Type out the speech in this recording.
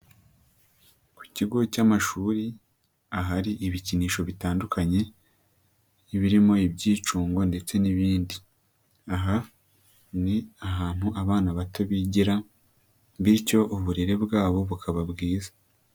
Ku kigo cy'amashuri ahari ibikinisho bitandukanye, nk'ibirimo ibyicungo ndetse n'ibindi. Aha ni ahantu abana bato bigira, bityo uburere bwabo bukaba bwiza.